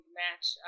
match